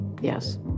Yes